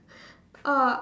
oh